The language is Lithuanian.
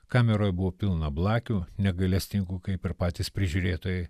kameroj buvo pilna blakių negailestingų kaip ir patys prižiūrėtojai